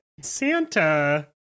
santa